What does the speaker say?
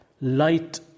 light